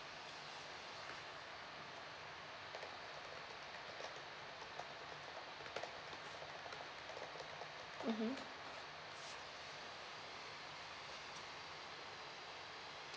mmhmm